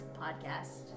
podcast